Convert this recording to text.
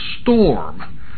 storm